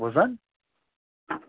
کُس زَن